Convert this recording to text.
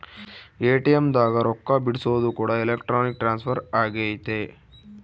ATM ದಾಗ ರೊಕ್ಕ ಬಿಡ್ಸೊದು ಕೂಡ ಎಲೆಕ್ಟ್ರಾನಿಕ್ ಟ್ರಾನ್ಸ್ಫರ್ ಅಗೈತೆ